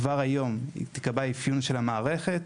כבר היום תיקבע אפיון של המערכת,